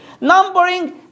Numbering